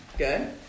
Good